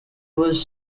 was